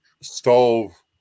stove